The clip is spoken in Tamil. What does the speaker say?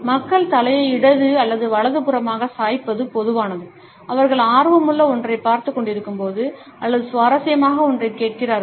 மக்கள் தலையை இடது அல்லது வலது புறமாக சாய்ப்பது பொதுவானது அவர்கள் ஆர்வமுள்ள ஒன்றைப் பார்த்துக் கொண்டிருக்கும்போது அல்லது சுவாரஸ்யமான ஒன்றைக் கேட்கிறார்கள்